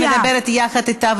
את מדברת יחד אתה,